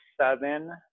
seven